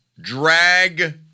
drag